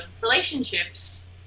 relationships